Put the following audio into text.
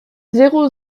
zéro